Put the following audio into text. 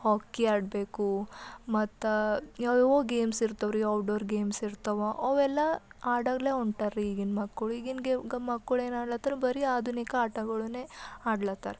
ಹಾಕಿ ಆಡಬೇಕು ಮತ್ತು ಯಾವ್ಯಾವೋ ಗೇಮ್ಸ್ ಇರ್ತವ್ರಿ ಔಟ್ ಡೋರ್ ಗೇಮ್ಸ್ ಇರ್ತವ ಅವೆಲ್ಲ ಆಡರ್ಲೆ ಹೊಂಟಾರ್ರಿ ಈಗಿನ ಮಕ್ಕಳು ಈಗಿನ ಗೆ ಗ ಮಕ್ಕಳು ಏನು ಆಡ್ಲತ್ತಾರ ಬರೀ ಆಧುನಿಕ ಆಟಗಳನ್ನೇ ಆಡ್ಲತ್ತಾರ